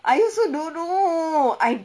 I also don't know I